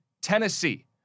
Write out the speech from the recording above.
Tennessee